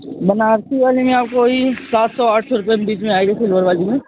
बनारसी वाले में आपको वही सात सौ आठ सौ के बीच में आएगी सिल्वर वाली में